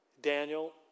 daniel